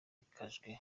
imfashanyo